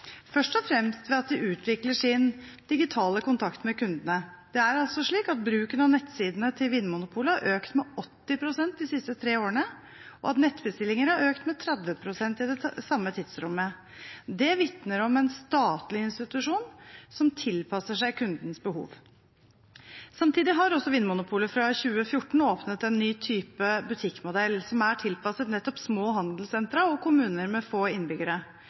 først og fremst ved at de utvikler sin digitale kontakt med kundene. Det er altså slik at bruken av nettsidene til Vinmonopolet har økt med 80 pst. de siste tre årene, og nettbestillinger har økt med 30 pst. i det samme tidsrommet. Det vitner om en statlig institusjon som tilpasser seg kundens behov. Samtidig har også Vinmonopolet fra 2014 åpnet en ny butikkmodell, som er tilpasset nettopp små handelssentra og kommuner med få innbyggere.